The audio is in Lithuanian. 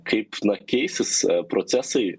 kaip na keisis procesai